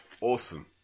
awesome